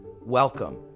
welcome